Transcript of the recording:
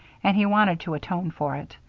and he wanted to atone for it.